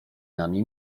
nami